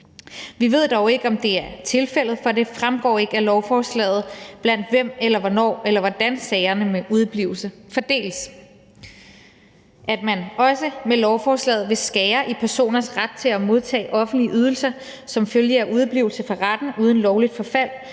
Vi ved dog ikke, om det er tilfældet, for det fremgår ikke af lovforslaget, blandt hvem eller hvornår eller hvordan sagerne med udeblivelse fordeler sig. At man også med lovforslaget vil skære i personers ret til at modtage offentlige ydelser som følge af udeblivelse fra retten uden lovligt forfald,